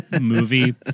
movie